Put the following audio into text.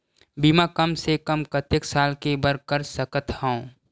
बीमा कम से कम कतेक साल के बर कर सकत हव?